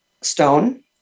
stone